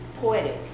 poetic